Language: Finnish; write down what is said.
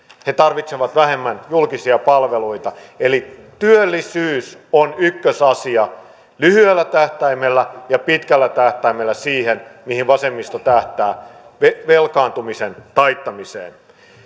tarvitsevat vähemmän julkisia palveluita työllisyys on ykkösasia lyhyellä tähtäimellä ja pitkällä tähtäimellä siihen mihin vasemmisto tähtää velkaantumisen taittamiseen